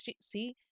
see